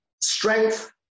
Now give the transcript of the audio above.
strength